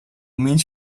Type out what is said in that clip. means